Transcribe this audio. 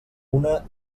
una